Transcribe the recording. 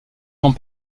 des